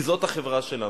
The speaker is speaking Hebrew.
כי זאת החברה שלנו.